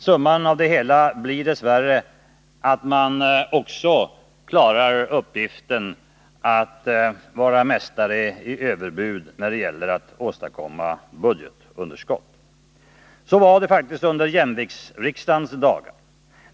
Summan av det hela blir dess värre att man klarar uppgiften att också vara mästare i överbud när det gäller att åstadkomma budgetunderskott. Så var det faktiskt under jämviktsriksdagens dagar.